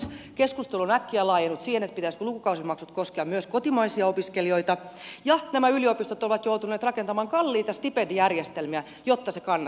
keskustelu on äkkiä laajentunut siihen pitäisikö lukukausimaksujen koskea myös kotimaisia opiskelijoita ja nämä yliopistot ovat joutuneet rakentamaan kalliita stipendijärjestelmiä jotta se kannattaisi